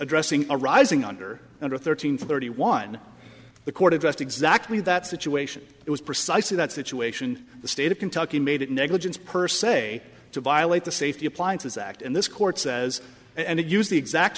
addressing arising under under thirteen thirty one the court addressed exactly that situation it was precisely that situation the state of kentucky made it negligence per se to violate the safety appliances act and this court says and it used the exact